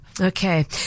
Okay